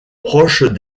proches